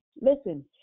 Listen